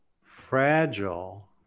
Fragile